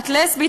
את לסבית,